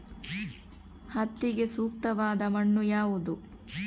ಹತ್ತಿಗೆ ಸೂಕ್ತವಾದ ಮಣ್ಣು ಯಾವುದು?